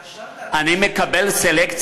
קשרת בין שני דברים, אני מקבל סלקציה?